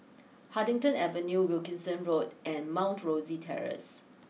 Huddington Avenue Wilkinson Road and Mount Rosie Terrace